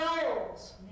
Goals